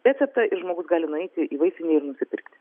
receptą ir žmogus gali nueiti į vaistinę ir nusipirkti